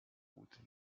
gut